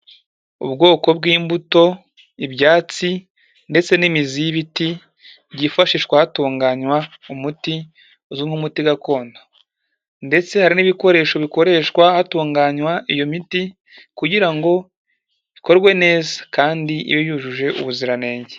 Ubwoko bw'imbuto, ibyatsi ndetse n'imizi y'ibiti byifashishwa hatunganywa umuti uzwi nk'umuti gakondo, ndetse hari n'ibikoresho bikoreshwa hatunganywa iyo miti kugira ngo ikorwe neza kandi ibe yujuje ubuziranenge.